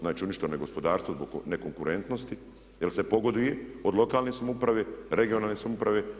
Znači uništeno je gospodarstvo zbog nekonkurentnosti jer se pogoduje od lokalne samouprave i regionalne samouprave.